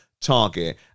target